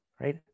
Right